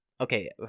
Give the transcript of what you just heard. okay